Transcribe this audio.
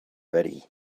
ready